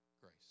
Grace